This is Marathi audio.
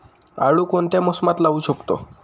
आळू कोणत्या मोसमात लावू शकतो?